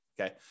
Okay